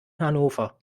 hannover